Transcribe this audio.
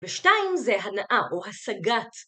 ושתיים זה הנאה או הסגת.